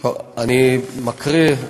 ועדות אני מקריא.